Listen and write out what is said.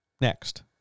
Next